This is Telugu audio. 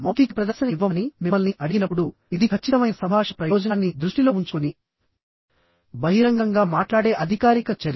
మౌఖిక ప్రదర్శన ఇవ్వమని మిమ్మల్ని అడిగినప్పుడు ఇది ఖచ్చితమైన సంభాషణ ప్రయోజనాన్ని దృష్టిలో ఉంచుకుని బహిరంగంగా మాట్లాడే అధికారిక చర్య